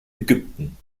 ägypten